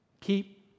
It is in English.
keep